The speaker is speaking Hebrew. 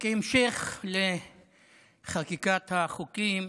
כהמשך לחקיקת החוקים